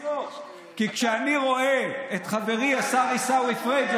כי כשאני רואה את חברי השר עיסאווי פריג'